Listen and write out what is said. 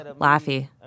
laughy